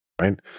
Right